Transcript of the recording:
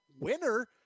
WINNER